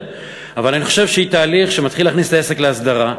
אבל אני חושב שהיא תהליך שמתחיל להכניס את העסק להסדרה.